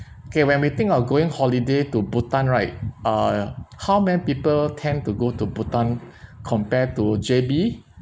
'kay when we think of going holiday to bhutan right uh how many people tend to go to bhutan compare to J_B